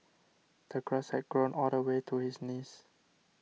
the grass had grown all the way to his knees